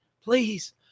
Please